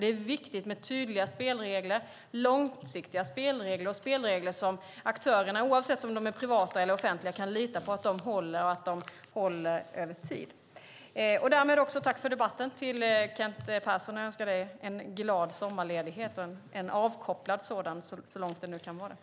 Det är viktigt med tydliga spelregler, långsiktiga spelregler och spelregler som aktörerna, oavsett om de är privata eller offentliga, kan lita på håller och håller över tid. Därmed tackar jag Kent Persson för debatten och önskar honom en glad sommarledighet och en avkopplande sådan, så långt den nu kan vara det.